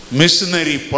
missionary